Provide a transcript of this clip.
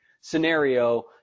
scenario